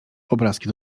obrazki